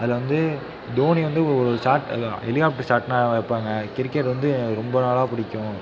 அதில் வந்து தோனி வந்து ஒரு ஷாட் ஹெலிகாப்டர் ஷாட்ன்னா வைப்பாங்க கிரிக்கெட் வந்து ரொம்ப நாளாக பிடிக்கும்